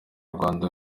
rwanda